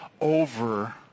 over